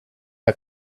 are